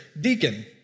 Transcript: deacon